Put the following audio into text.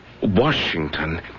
Washington